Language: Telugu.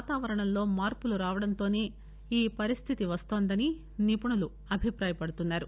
వాతావరణంలో మార్పులు రావడంతోనే ఈ వరిస్థితి వస్తోందని నివుణులు అభిప్రాయపడుతున్నారు